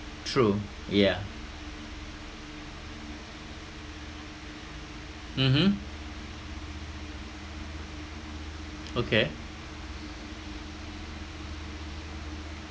true yeah mmhmm okay